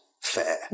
fair